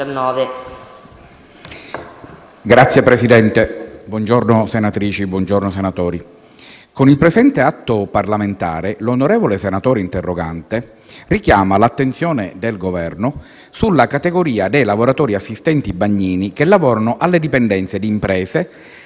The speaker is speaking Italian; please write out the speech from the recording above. Signor Presidente, senatrici e senatori, con il presente atto parlamentare l'onorevole senatore interrogante richiama l'attenzione del Governo sulla categoria dei lavoratori assistenti bagnanti che lavorano alle dipendenze di imprese,